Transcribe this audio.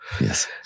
Yes